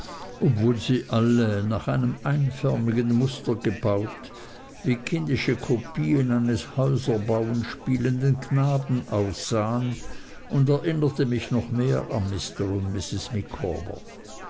obwohl sie alle nach einem einförmigen muster gebaut wie kindische kopien eines häuserbauen spielenden knaben aussahen und erinnerte mich noch mehr an mr und